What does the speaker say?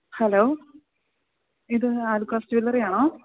hello ഇത് ആലൂക്കാസ് ജ്വല്ലറിയാണോ